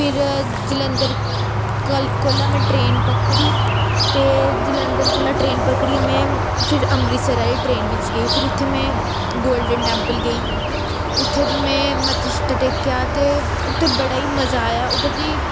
फिर जलंधर कल कोलू मै ट्रेन पकड़ी ते जलंधर कोला ट्रेन पकड़ियै मै फिर अमृतसर आह्ली ट्रेन बिच्च गेई फेर उत्थें मै गोल्डन टेम्पल गेई उत्थें फेर मैं मत्था सत्था टेकआ ते उत्थें बड़ा ई मज़ा आया उद्धर दी